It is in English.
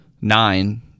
nine